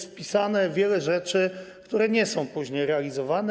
Wpisuje się wiele rzeczy, które nie są później realizowane.